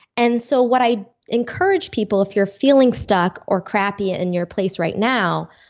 and so what i encourage people, if you're feeling stuck or crappy in your place right now,